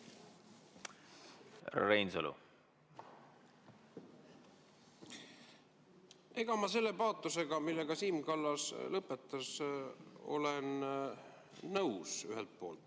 Reinsalu. Ma selle paatosega, millega Siim Kallas lõpetas, olen ühelt poolt